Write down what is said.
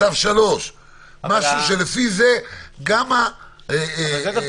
מצב חירום דרגה 3. משהוא שלפי זה --- זה דווקא